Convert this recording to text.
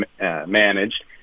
managed